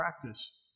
practice